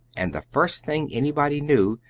and the first thing anybody knew,